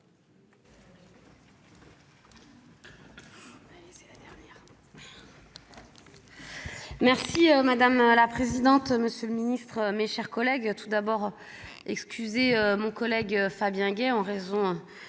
Merci madame la présidente, monsieur le Ministre, mes chers collègues, tout d'abord, excusez mon collègue Fabien Gay en raison